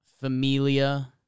Familia